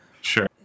sure